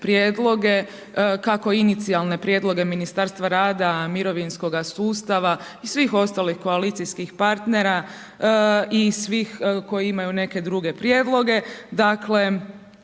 prijedloge, kako inicijalne prijedloge Ministarstva rada, mirovinskoga sustava i svih ostalih koalicijskih partnera i svih koji imaju neke druge prijedloge. Dakle,